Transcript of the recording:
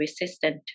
resistant